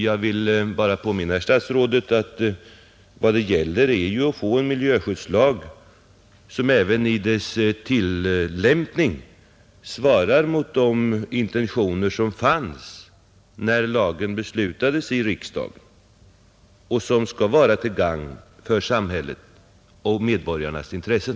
Jag vill bara påminna statsrådet om att vad det här gäller är att få en miljöskyddslag som även vid tillämpningen svarar mot de intentioner som fanns när riksdagen fattade beslut om lagen, nämligen att den skall vara till gagn för samhället och för medborgarnas intressen.